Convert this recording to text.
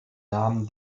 namen